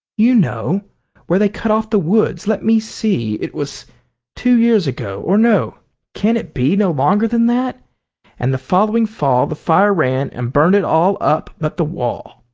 you know where they cut off the woods let me see it was two years ago or no can it be no longer than that and the following fall the fire ran and burned it all up but the wall.